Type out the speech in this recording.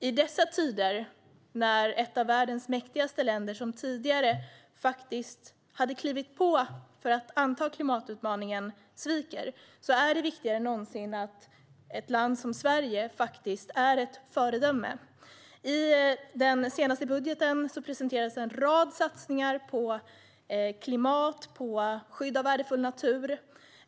I dessa tider då ett av världens mäktigaste länder, som tidigare faktiskt hade klivit på för att anta klimatutmaningen, sviker är det viktigare än någonsin att ett land som Sverige är ett föredöme. I den senaste budgeten presenterades en rad satsningar på klimat och skydd av värdefull natur.